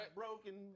broken